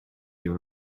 you